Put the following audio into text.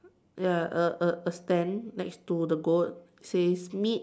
ya a a a stand next to the goat says meet